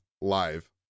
live